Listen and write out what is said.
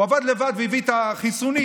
הוא עבד לבד והביא את החיסונים,